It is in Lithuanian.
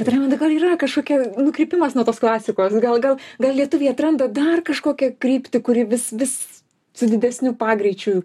bet raimundai gal yra kažkokie nukrypimas nuo tos klasikos gal gal gal lietuviai atranda dar kažkokią kryptį kuri vis vis su didesniu pagreičiu